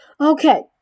Okay